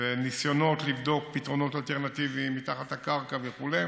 הייתה בין פארק המסילה, כאמור,